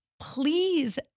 Please